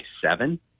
seven